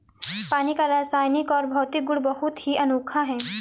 पानी का रासायनिक और भौतिक गुण बहुत ही अनोखा है